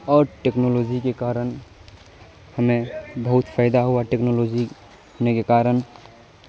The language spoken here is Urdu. اور ٹیکنالوجی کے کارن ہمیں بہت فائدہ ہوا ٹیکنالوجینے کے کارن